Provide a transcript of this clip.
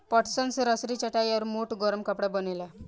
पटसन से रसरी, चटाई आउर मोट गरम कपड़ा बनेला